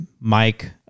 Mike